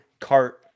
cart